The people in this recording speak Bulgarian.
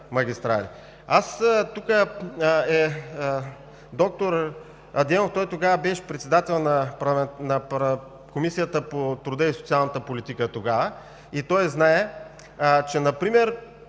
Тук е доктор Адемов, той тогава беше председател на Комисията по труда и социалната политика и знае какво например